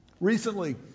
Recently